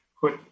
put